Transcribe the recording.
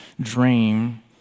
dream